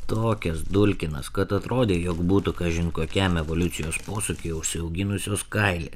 tokias dulkinas kad atrodė jog būtų kažin kokiam evoliucijos posūkyj užsiauginusios kailį